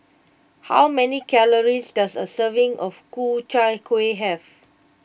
how many calories does a serving of Ku Chai Kueh have